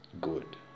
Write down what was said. good